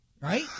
right